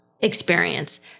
experience